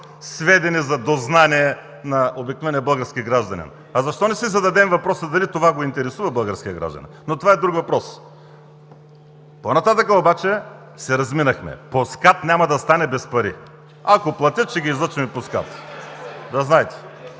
сведени за дознание на обикновения български гражданин. Защо не си зададем въпрос дали това интересува българския гражданин? Но това е друг въпрос. По-нататък обаче се разминахме. По СКАТ няма да стане без пари. Ако платят, ще ги излъчим и по СКАТ. Да знаете!